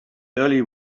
early